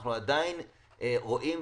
אנחנו עדיין רואים,